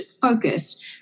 focus